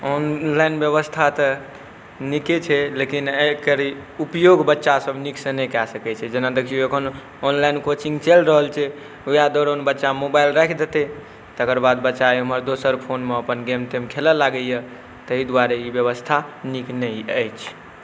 online बेबस्था तऽ नीके छै लेकिन एकर उपयोग बच्चासब नीकसँ नहि कऽ सकै छै जेना देखिऔ एखन ऑनलाइन कोचिङ्ग चलि रहल छै वएह दौरान बच्चा मोबाइल राखि देतै तकरबाद बच्चा एमहर दोसर फोनमे गेम तेम खेलै लागैए ताहि दुआरे ई बेबस्था नीक नहि अछि